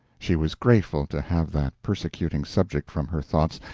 she was grateful to have that persecuting subject from her thoughts,